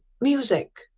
music